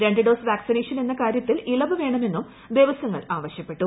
രണ്ട് dose vaccination എന്ന കാര്യത്തിൽ ഇള്ളിപ് വേണമെന്നും ദേവസ്വങ്ങൾ ആവശ്യപ്പെട്ടു